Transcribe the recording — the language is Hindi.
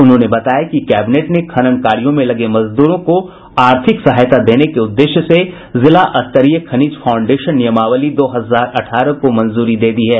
उन्होंने बताया कि कैबिनेट ने खनन कार्यों में लगे मजदूरों को आर्थिक सहायता देने के उद्देश्य से जिला स्तरीय खनिज फाउंडेशन नियमावली दो हजार अठारह को मंजूरी दी है